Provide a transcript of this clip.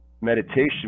meditation